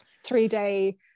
three-day